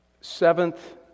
seventh